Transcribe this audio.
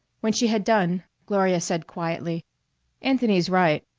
when she had done, gloria said quietly anthony's right.